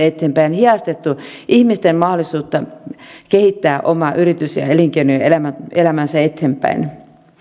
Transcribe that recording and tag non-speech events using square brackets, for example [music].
[unintelligible] eteenpäin ja hidastettu ihmisten mahdollisuutta kehittää omaa yritystään elinkeinoaan ja elämäänsä eteenpäin